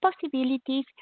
possibilities